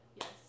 yes